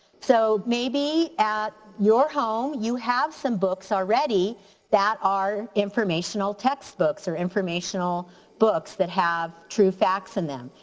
so maybe at your home you have some books already that are informational text books or informational books that have true facts in them.